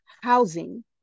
housing